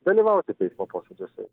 dalyvauti teismo posėdžiuose